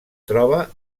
troba